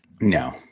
No